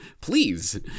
please